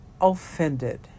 offended